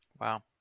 wow